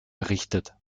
errichtet